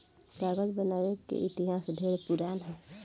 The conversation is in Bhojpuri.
कागज बनावे के इतिहास ढेरे पुरान ह